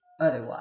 otherwise